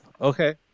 Okay